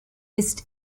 ist